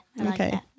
Okay